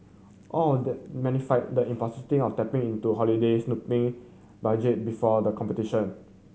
all of that magnify the of tapping into holiday snooping budget before the competition